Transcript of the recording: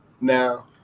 now